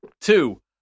two